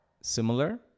similar